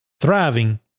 thriving